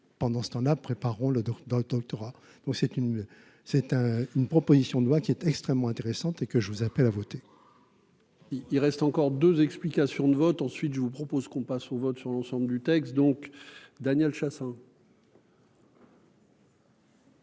pendant ce temps,-là préparons le dos dans le doctorat, donc c'est une c'est un une proposition de loi qui est extrêmement intéressante et que je vous appelle à voter. Il reste encore deux, explications de vote, ensuite, je vous propose qu'on passe au vote sur l'ensemble du texte donc Daniel Chassain.